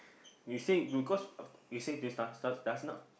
you say you cause you say just just just now